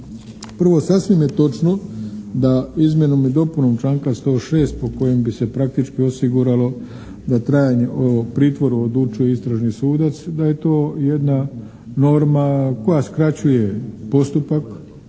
Prvo, sasvim je točno da izmjenom i dopunom članka 106. po kojem bi se praktički osiguralo da trajanje u pritvoru odlučuje istražni sudac, da je to jedna norma koja skraćuje postupak,